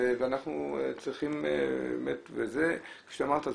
כפי שאתה אמרת,